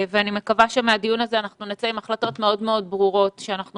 ואני מקווה שמהדיון הזה אנחנו נצא עם החלטות מאוד מאוד ברורות שאנחנו